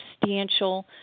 substantial